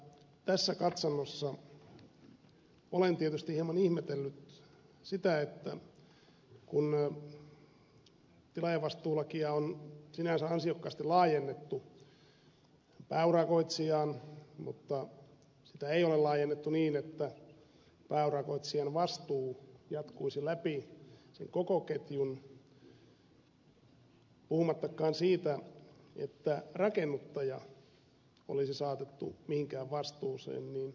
tässä katsannossa olen tietysti hieman ihmetellyt sitä että tilaajavastuulakia on sinänsä ansiokkaasti laajennettu pääurakoitsijaan mutta sitä ei ole laajennettu niin että pääurakoitsijan vastuu jatkuisi läpi sen koko ketjun puhumattakaan siitä että rakennuttaja olisi saatettu mihinkään vastuuseen